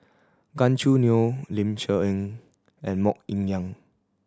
Gan Choo Neo Ling Cher Eng and Mok Ying Jang